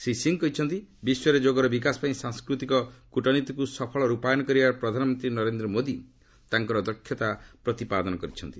ଶ୍ରୀ ସିଂ କହିଛନ୍ତି ବିଶ୍ୱରେ ଯୋଗର ବିକାଶ ପାଇଁ ସାଂସ୍କୃତିକ କ୍ରଟନୀତିକୁ ସଫଳ ରୂପାୟନ କରିବାରେ ପ୍ରଧାନମନ୍ତ୍ରୀ ନରେନ୍ଦ୍ର ମୋଦି ତାଙ୍କର ଦକ୍ଷତା ପ୍ରତିପାଦନ କରିଛନ୍ତି